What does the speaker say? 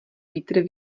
vítr